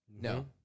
No